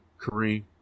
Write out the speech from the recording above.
Kareem